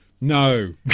No